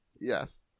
Yes